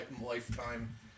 lifetime